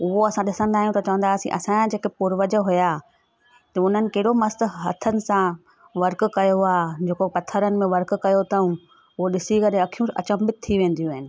उहो असां ॾिसंदा आहियूं त चवंदा आसी असां जेके पुर्वज हुआ त उन्हनि कहिड़ो मस्तु हथनि सां वर्क कयो आहे जेको पथरनि में वर्क कयो अथऊं उहो ॾिसी करे अख़ियूं अचंभित थी वेंदियूं आहिनि